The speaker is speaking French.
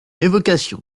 évocation